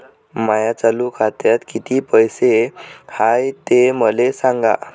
माया चालू खात्यात किती पैसे हाय ते मले सांगा